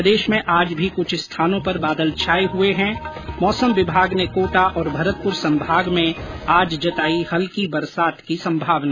प्रदेश में आज भी कुछ स्थानों पर बादल छाये हुए हैं मौसम विभाग ने कोटा और भरतपुर संभाग में आज जताई हल्की बरसात की संभावना